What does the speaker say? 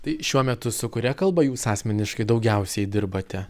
tai šiuo metu su kuria kalba jūs asmeniškai daugiausiai dirbate